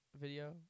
video